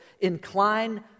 incline